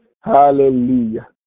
Hallelujah